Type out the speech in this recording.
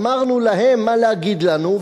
אמרנו להם מה להגיד לנו,